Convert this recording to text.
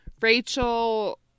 Rachel